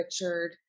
Richard